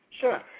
Sure